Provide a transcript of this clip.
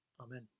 Amen